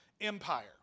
Empire